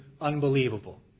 unbelievable